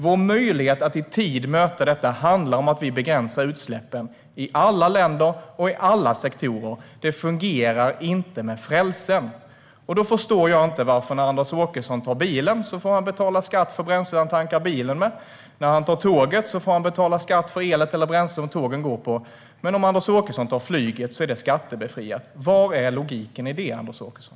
Vår möjlighet att i tid möta detta handlar om att vi begränsar utsläppen i alla länder och i alla sektorer. Det fungerar inte med frälsen! Därför förstår jag inte varför Anders Åkesson ska betala skatt för bränslet han tankar bilen med och betala för den el eller det bränsle som tågen går på när han tar tåget, men om han tar flyget så är det skattebefriat. Var är logiken i det, Anders Åkesson?